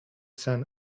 sun